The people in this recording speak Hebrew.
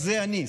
זה אני,